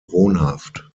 wohnhaft